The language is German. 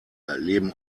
leben